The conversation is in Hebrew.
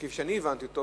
כפי שאני הבנתי אותו,